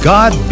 God